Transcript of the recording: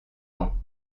ans